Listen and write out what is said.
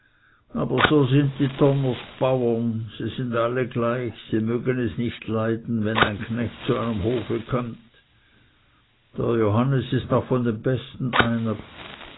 aber so sind die donners bauren sie sind alle gleich sie mögen es nicht leiden wenn ein knecht zu einem hof kömmt der johannes ist noch von den besten einer